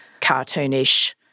cartoonish